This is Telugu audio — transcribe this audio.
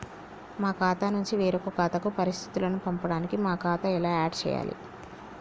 మా ఖాతా నుంచి వేరొక ఖాతాకు పరిస్థితులను పంపడానికి మా ఖాతా ఎలా ఆడ్ చేయాలి?